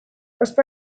ospe